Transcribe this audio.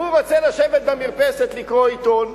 הוא רוצה לשבת במרפסת לקרוא עיתון,